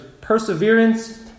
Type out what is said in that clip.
perseverance